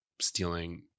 stealing